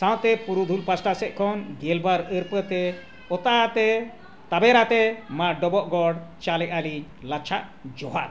ᱥᱟᱶᱛᱮ ᱯᱩᱨᱩᱫᱷᱩᱞ ᱯᱟᱥᱴᱟ ᱥᱮᱫ ᱠᱷᱚᱱ ᱜᱮᱞᱵᱟᱨ ᱟᱹᱨᱯᱟᱹᱛᱮ ᱚᱛᱟᱣᱟᱛᱮᱫ ᱛᱟᱵᱮᱨᱟᱛᱮᱫ ᱢᱟ ᱰᱚᱵᱚᱜ ᱜᱚᱰ ᱪᱟᱞᱮᱜ ᱟᱹᱞᱤᱧ ᱞᱟᱪᱷᱟᱜ ᱡᱚᱦᱟᱨ